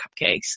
cupcakes